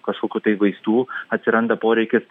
kažkokių tai vaistų atsiranda poreikis